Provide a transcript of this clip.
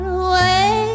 away